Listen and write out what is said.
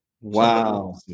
Wow